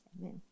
Amen